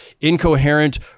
incoherent